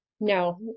No